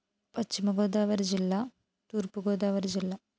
పశ్చిమగోదావరి జిల్లా తూర్పుగోదావరి జిల్లా